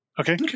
Okay